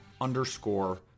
underscore